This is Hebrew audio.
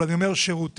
אני אומר שירותים.